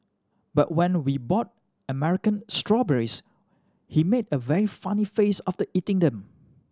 but when we bought American strawberries he made a very funny face after eating them